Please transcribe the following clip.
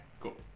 cool